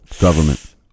government